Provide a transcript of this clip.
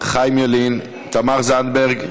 חיים ילין, תמר זנדברג,